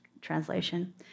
translation